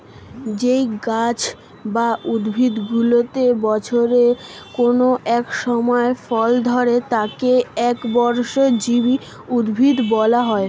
যেই গাছ বা উদ্ভিদগুলিতে বছরের কোন একটি সময় ফল ধরে তাদের একবর্ষজীবী উদ্ভিদ বলা হয়